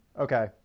Okay